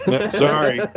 Sorry